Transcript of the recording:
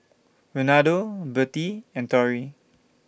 Ronaldo Birtie and Torie